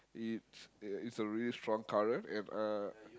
it's it's a really strong current and uh